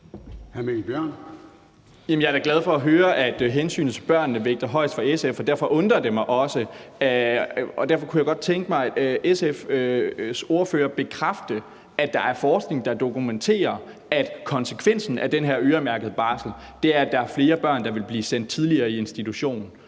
jeg er da glad for at høre, at hensynet til børnene vægter højest for SF. Derfor kunne jeg godt tænke mig at høre SF's ordfører bekræfte, at der er forskning, der dokumenterer, at konsekvensen af den her øremærkede barsel er, at der er flere børn, der vil blive sendt tidligere i institution.